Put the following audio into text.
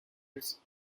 its